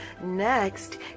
Next